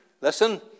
listen